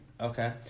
okay